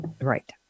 Right